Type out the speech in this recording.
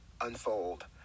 unfold